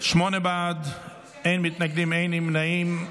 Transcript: שמונה בעד, אין מתנגדים, אין נמנעים.